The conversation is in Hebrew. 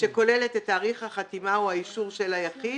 שכוללת את תאריך החתימה או האישור של היחיד